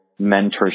mentorship